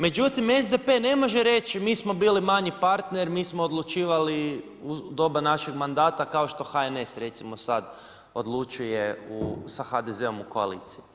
Međutim, SDP ne može reći mi smo bili manji partner, mi smo odlučivali u doba našeg mandata, kao što HNS recimo sad odlučuje sa HDZ-om u koaliciji.